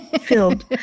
filled